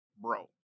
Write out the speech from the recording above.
bro